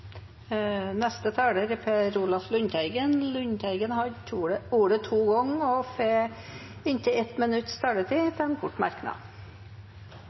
Per Olaf Lundteigen har hatt ordet to ganger og får ordet til en kort merknad,